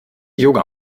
yoga